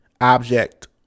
object